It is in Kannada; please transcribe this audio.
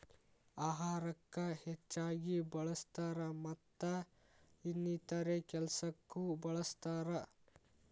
ಅಹಾರಕ್ಕ ಹೆಚ್ಚಾಗಿ ಬಳ್ಸತಾರ ಮತ್ತ ಇನ್ನಿತರೆ ಕೆಲಸಕ್ಕು ಬಳ್ಸತಾರ